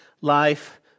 life